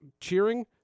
cheering